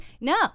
no